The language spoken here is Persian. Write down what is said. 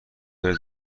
بره